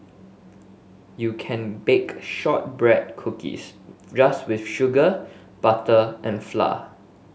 you can bake shortbread cookies just with sugar butter and flour